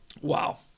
Wow